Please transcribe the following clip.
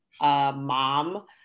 mom